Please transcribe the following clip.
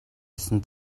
есөн